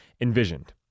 envisioned